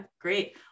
great